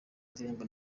indirimbo